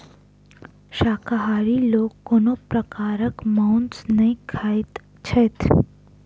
शाकाहारी लोक कोनो प्रकारक मौंस नै खाइत छथि